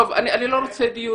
לא בירושלים.